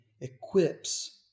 equips